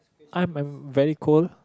I'm a very cold